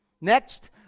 Next